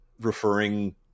referring